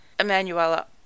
Emanuela